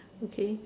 okay